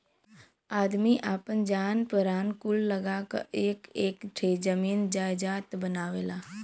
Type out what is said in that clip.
आदमी आपन जान परान कुल लगा क एक एक ठे जमीन जायजात बनावेला